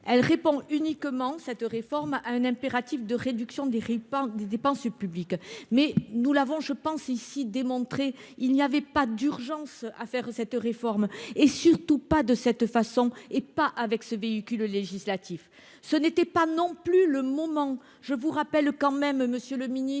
Elle répond uniquement cette réforme à un impératif de réduction des risques, pas des dépenses publiques mais nous l'avons je pense ici démontré. Il n'y avait pas d'urgence à faire cette réforme et surtout pas de cette façon et pas avec ce véhicule législatif. Ce n'était pas non plus le moment. Je vous rappelle quand même, Monsieur le Ministre,